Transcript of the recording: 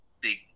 big